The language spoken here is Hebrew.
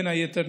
בין היתר,